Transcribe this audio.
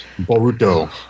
Boruto